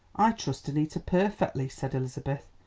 i trust annita perfectly, said elizabeth,